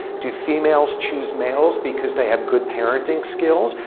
do females choose males because they have good parenting skills,